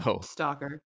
Stalker